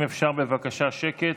אם אפשר בבקשה שקט.